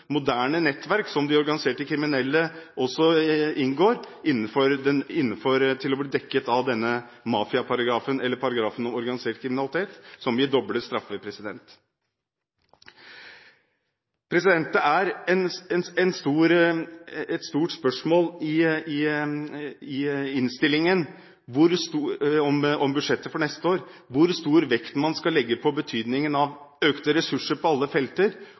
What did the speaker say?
moderne nettverk som de organiserte kriminelle også inngår i, til å bli dekket av mafiaparagrafen eller paragrafen om organisert kriminalitet, som gir doble straffer. Det er et stort spørsmål i innstillingen om budsjettet for neste år, om hvor stor vekt man skal legge på betydningen av økte ressurser på alle felter